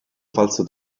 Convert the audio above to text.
falso